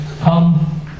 Come